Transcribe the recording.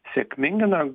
sėkmingi na